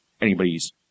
anybody's